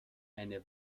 eine